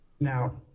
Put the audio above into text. Now